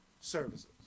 services